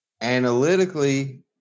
analytically